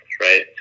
right